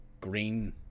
green